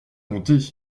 compter